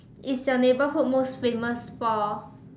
is your neighbourhood most famous for